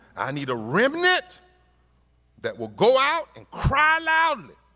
i need a remnant that will go out and cry loudly